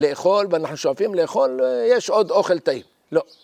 ‫לאכול, ואנחנו שואפים לאכול, ‫יש עוד אוכל טעים? לא.